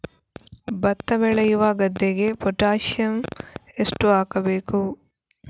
ಭತ್ತ ಬೆಳೆಯುವ ಗದ್ದೆಗೆ ಪೊಟ್ಯಾಸಿಯಂ ಎಷ್ಟು ಹಾಕಬೇಕು?